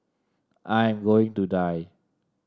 I am going to die